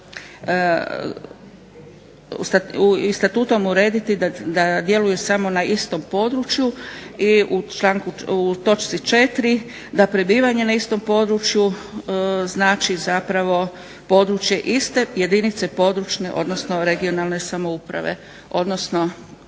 i statutom urediti da djeluju samo na istom području. I u točci 4. da prebivanje na istom području znači zapravo područje iste jedinice područne odnosno regionalne samouprave odnosno